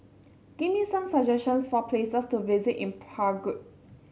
give me some suggestions for places to visit in Prague